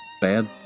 Bad